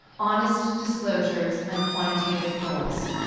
honest disclosures and quantitative goals.